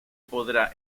podrá